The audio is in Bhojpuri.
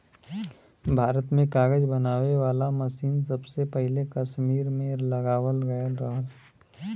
भारत में कागज बनावे वाला मसीन सबसे पहिले कसमीर में लगावल गयल रहल